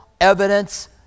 evidence